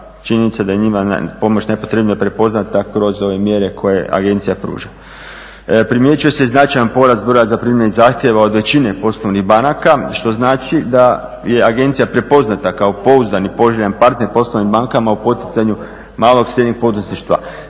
činjenica da je njima pomoć najpotrebnija prepoznata kroz ove mjere koje agencija pruža. Primjećuje se i značajan porast broja zaprimljenih zahtjeva od većine poslovnih banaka što znači da je agencija prepoznata kao pouzdan i poželjan partner poslovnim bankama u poticanju malog i srednjeg poduzetništva.